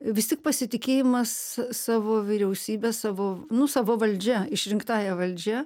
visi pasitikėjimas savo vyriausybe savo nu sava valdžia išrinktąja valdžia